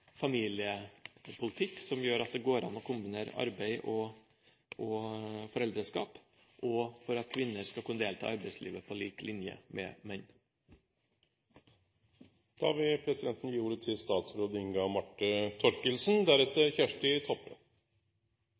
familiepolitikk som gjør at det går an å kombinere arbeid og foreldreskap – og at kvinner skal kunne delta i arbeidslivet på lik linje med menn. Jeg mener at dette er en viktig dag for regjeringa. For meg som statsråd